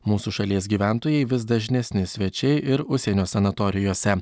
mūsų šalies gyventojai vis dažnesni svečiai ir užsienio sanatorijose